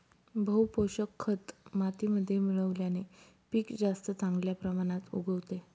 बहू पोषक खत मातीमध्ये मिळवल्याने पीक जास्त चांगल्या प्रमाणात उगवते